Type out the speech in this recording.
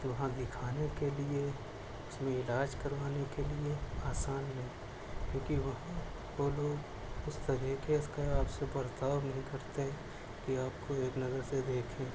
وہاں دکھانے کے لیے اس میں علاج کروانے کے لیے آسان نہیں کیوں کہ وہاں وہ لوگ اس طریقے سے آپ سے برتاؤ نہیں کرتے ہیں کہ آپ کو ایک نظر سے دیکھیں